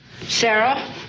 Sarah